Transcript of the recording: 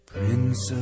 Prince